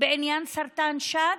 בעניין סרטן שד,